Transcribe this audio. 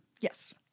yes